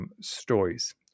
stories